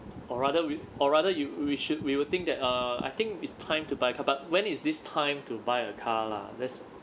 or rather we or rather you we should we will think that ah I think it's time to buy but when is this time to buy a car lah that's